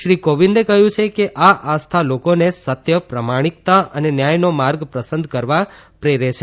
શ્રી કોવિંદે કહ્યું છે કે આ આસ્થા લોકોને સત્ય પ્રામાણીકતા અને ન્યાયનો માર્ગ પસંદ કરવા પ્રેરે છે